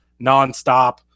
nonstop